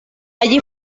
allí